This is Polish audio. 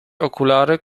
okulary